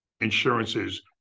insurances